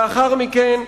לאחר מכן,